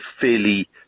fairly